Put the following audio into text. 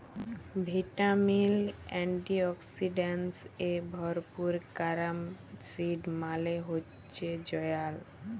vitamin, antioxidants এ ভরপুর carom seed মালে হচ্যে জয়াল